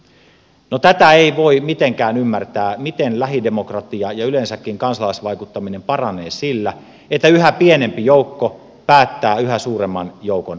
no tätä ei voi mitenkään ymmärtää miten lähidemokratia ja yleensäkin kansalaisvaikuttaminen paranee sillä että yhä pienempi joukko päättää yhä suuremman joukon asioista